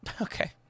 Okay